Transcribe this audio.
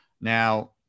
Now